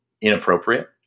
inappropriate